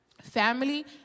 family